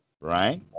Right